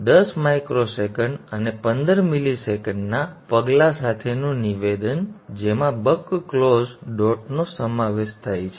10 microsecond અને 15 millisecond ના પગલા સાથેનું નિવેદન સંદર્ભ સમય 0719 જેમાં બક ક્લોઝ ડોટનો સમાવેશ થાય છે